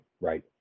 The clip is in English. right